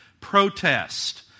protest